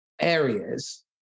areas